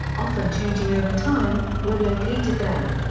often changing over time, were located there.